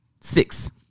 six